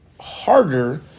harder